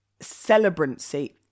celebrancy